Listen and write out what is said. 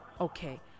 Okay